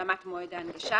השלמת מועד ההנגשה.